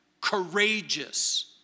courageous